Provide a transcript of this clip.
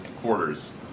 quarters